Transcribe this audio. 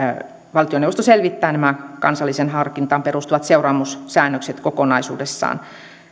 valtioneuvosto selvittää nämä kansalliseen harkintaan perustuvat seuraamussäännökset kokonaisuudessaan